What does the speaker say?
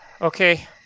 Okay